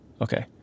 Okay